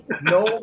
no